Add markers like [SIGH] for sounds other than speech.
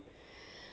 [BREATH]